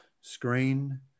screen